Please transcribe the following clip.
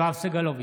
יואב סגלוביץ'